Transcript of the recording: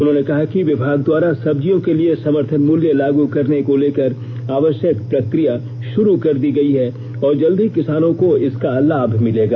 उन्होंने कहा कि विमाग द्वारा सब्जियों के लिए समर्थन मूल्य लागू करने को लेकर आवश्यक प्रक्रिया शुरू कर दी गयी है और जल्द ही किसानों को इसका लाभ मिलेगा